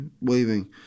waving